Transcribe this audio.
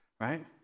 right